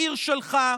העיר שלך,